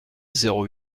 zéro